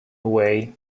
away